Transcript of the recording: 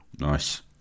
Nice